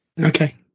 okay